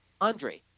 Andre